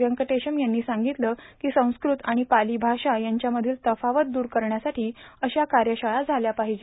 व्यंकटेश्वम् यांनी सांगितलं की संस्कृत आणि पाली भाषा यांच्यामधील तफावत द्रर करण्यासाठी अशा कार्यशाळा झाल्या पाहिजे